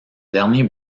dernier